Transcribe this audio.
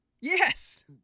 Yes